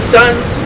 sons